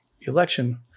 election